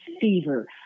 fever